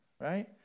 right